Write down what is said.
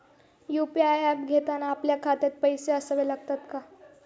UPI app घेताना आपल्या खात्यात पैसे असावे लागतात का?